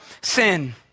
sin